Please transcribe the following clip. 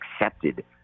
accepted